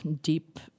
deep